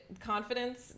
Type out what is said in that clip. confidence